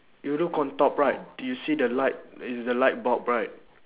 you look on top right you see the light it's the light bulb right